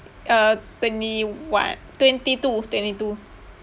uh twenty one twenty two twenty two